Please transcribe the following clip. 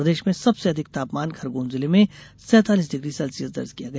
प्रदेश में सबसे अधिक तापमान खरगौन जिले में सैतालीस डिग्री सेल्सियस देर्ज किया गया